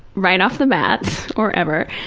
right off the bat, or ever.